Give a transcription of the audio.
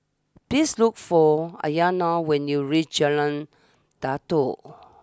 please look for Aryana when you reach Jalan Datoh